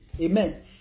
amen